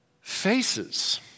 faces